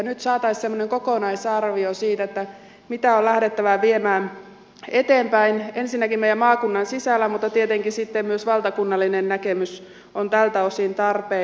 nyt saataisiin semmoinen kokonaisarvio siitä mitä on lähdettävä viemään eteenpäin ensinnäkin meidän maakuntamme sisällä mutta tietenkin sitten myös valtakunnallinen näkemys on tältä osin tarpeen